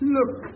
Look